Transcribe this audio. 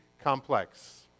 complex